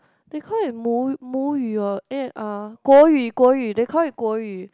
they call it 母语 or eh 国语国语 they call it 国语